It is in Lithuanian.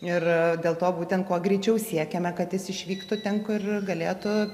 ir dėl to būtent kuo greičiau siekiame kad jis išvyktų ten kur galėtų